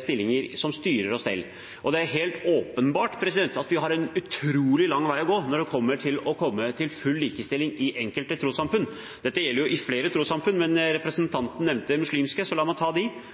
stillinger innen styre og stell. Det er helt åpenbart at vi har en utrolig lang vei å gå med tanke på å komme til full likestilling i enkelte trossamfunn. Dette gjelder flere trossamfunn, men representanten nevnte muslimske, så la meg ta